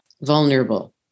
vulnerable